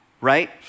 right